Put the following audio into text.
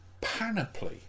panoply